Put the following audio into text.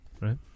Right